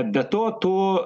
be to tu